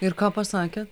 ir ką pasakėt